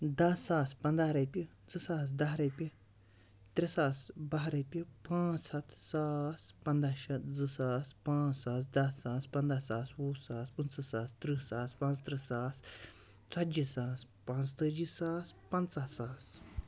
دَہ ساس پنٛداہ رۄپیہِ زٕ ساس دَہ رۄپیہِ ترٛےٚ ساس بَہہ رۄپیہِ پانٛژھ ہَتھ ساس پنٛداہ شیٚتھ زٕ ساس پانٛژھ ساس دَہ ساس پنٛداہ ساس وُہ ساس پٕنٛژٕ ساس تٕرٛہ ساس پانٛژھ تٕرٛہ ساس ژتجی ساس پانٛژتٲجی ساس پنٛژاہ ساس